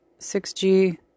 6G